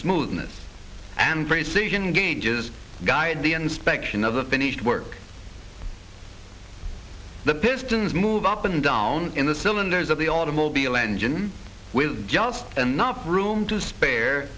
smoothness and precision gauges guide the inspection of the finished work the pistons move up and down in the cylinders of the automobile engine with just enough room to spare